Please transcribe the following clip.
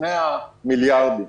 לפני המיליארדים.